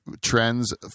trends